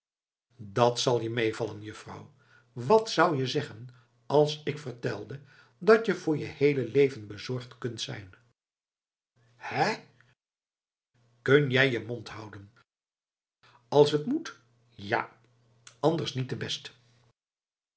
dat zal je meevallen juffrouw wat zou je zeggen als ik je vertelde dat je voor je heele leven bezorgd kunt zijn hè kun jij je mond houden als t moet ja anders niet te best